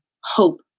hope